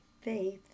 faith